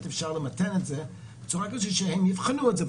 אפשר למתן את זה כך שהם יבחנו את זה,